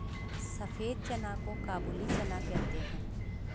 सफेद चना को काबुली चना कहते हैं